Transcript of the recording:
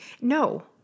No